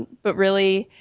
but really,